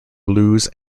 blues